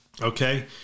Okay